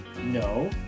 No